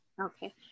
Okay